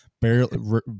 barely